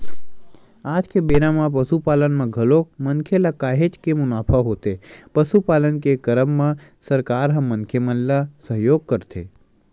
आज के बेरा म पसुपालन म घलोक मनखे ल काहेच के मुनाफा होथे पसुपालन के करब म सरकार ह मनखे मन ल सहयोग करथे